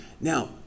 Now